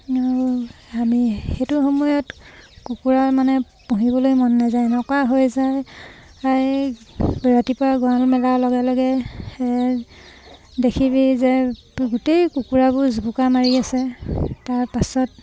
আৰু আমি সেইটো সময়ত কুকুৰাৰ মানে পুহিবলৈ মন নাযায় এনেকুৱা হৈ যায় ৰাতিপুৱা গড়াল মেলাৰ লগে লগে দেখিবি যে গোটেই কুকুৰাবোৰ জুপুকা মাৰি আছে তাৰপাছত